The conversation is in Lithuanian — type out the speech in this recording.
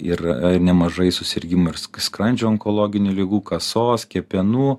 ir nemažai susirgimų ir skrandžio onkologinių ligų kasos kepenų